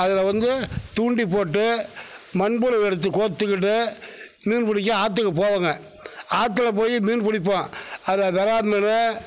அதில் வந்து தூண்டில் போட்டு மண்புழு எடுத்து கோர்த்துக்கிட்டு மீன் பிடிக்க ஆற்றுக்கு போவோம்ங்க ஆற்றில போய் மீன் பிடிப்போம் அதில் வெறால் மீன்